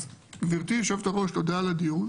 אז גברתי, יושבת-הראש, תודה על הדיון.